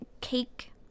cake